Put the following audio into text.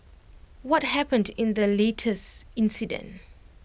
what happened in the latest incident